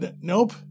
Nope